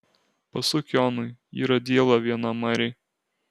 pasuk jonui yra diela viena marėj